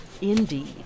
Indeed